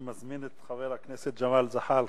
אני מזמין את חבר הכנסת ג'מאל זחאלקה.